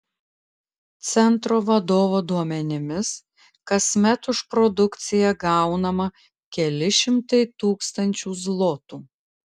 centro vadovo duomenimis kasmet už produkciją gaunama keli šimtai tūkstančių zlotų